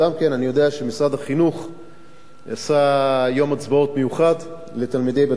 אני יודע שמשרד החינוך עשה יום הצבעות מיוחד לתלמידי בתי-הספר,